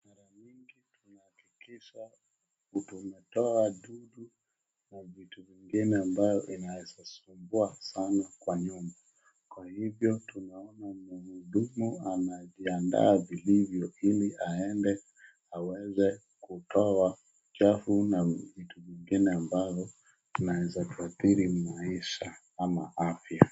Mara mingi tunahakikisha tumetoa dudu na vitu vingine ambayo inaweza sumbua sana kwa nyumba. Kwa hivyo tunaona mhudumu anajiandaa vilivyo ili aende aweze kutoa uchafu na vitu zingine ambazo tunaweza tuadhili maisha ama afya.